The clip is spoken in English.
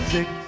Six